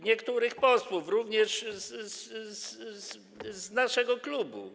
Niektórych posłów, również z naszego klubu.